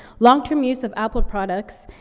long-term use of apple products,